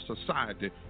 society